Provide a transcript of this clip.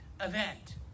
event